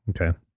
Okay